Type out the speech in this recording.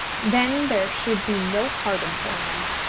then there should be no pardon for him.